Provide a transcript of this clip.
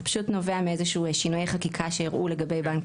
זה פשוט נובע מאיזה שינוי חקיקה שהראו לגבי בנק